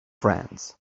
friends